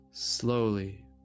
Slowly